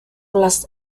las